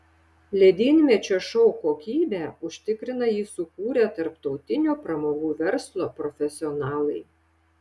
ledynmečio šou kokybę užtikrina jį sukūrę tarptautinio pramogų verslo profesionalai